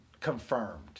Confirmed